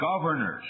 governors